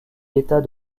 état